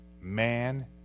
man